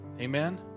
amen